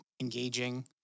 engaging